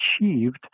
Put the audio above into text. achieved